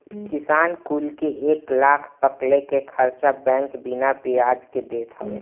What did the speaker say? किसान कुल के एक लाख तकले के कर्चा बैंक बिना बियाज के देत हवे